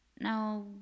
Now